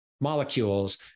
molecules